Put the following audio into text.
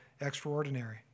extraordinary